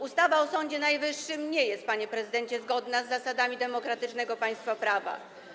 Ustawa o Sądzie Najwyższym nie jest, panie prezydencie, zgodna z zasadami demokratycznego państwa prawa.